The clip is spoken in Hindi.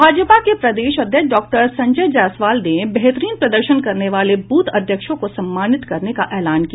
भाजपा के प्रदेश अध्यक्ष डॉक्टर संजय जायसवाल ने बेहतरीन प्रदर्शन करने वाले ब्रथ अध्यक्षों को सम्मानित करने का ऐलान किया